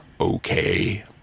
okay